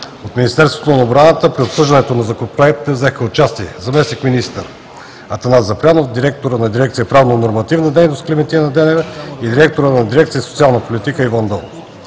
От Министерството на отбраната при обсъждането на Законопроекта взеха участие заместник-министър Атанас Запрянов, директорът на дирекция „Правнонормативна дейност“ Клементина Денева и директорът на дирекция „Социална политика“ Иво Антонов.